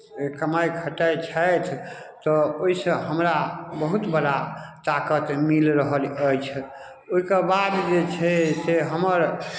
कमाइ खटाइ छथि तऽ ओहिसँ हमरा बहुत बड़ा ताकत मिल रहल अछि ओहिके बाद जे छै से हमर